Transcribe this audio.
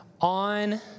on